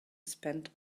spend